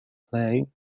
play